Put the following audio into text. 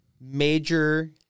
major